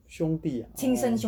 兄弟啊 orh